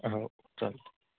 हो चालतं आहे